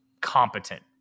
competent